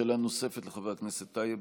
שאלה נוספת לחבר הכנסת טייב.